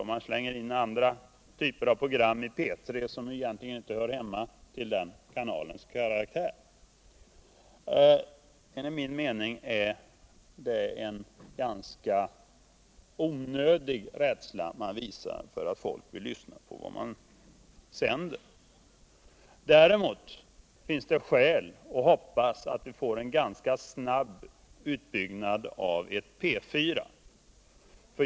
Och man slänger in typer av program i P 3 som egentligen inte hör hemma i en kanal av P 3:s karaktär. Enligt min mening är det en ganska onödig rädsla man visar för att folk vill lyssna på vad man sänder. Däremot finns det skäl att hoppas att vi får en ganska snabb utbyggnad av P 4.